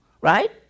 right